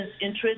interest